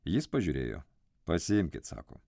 jis pažiūrėjo pasiimkit sako